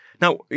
Now